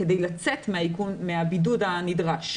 כדי לצאת מן הבידוד הנדרש.